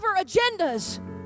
agendas